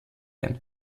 ein